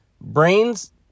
brains